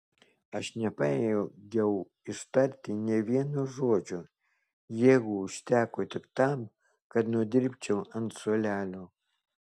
aš nepajėgiau ištarti nė vieno žodžio jėgų užteko tik tam kad nudribčiau ant suolelio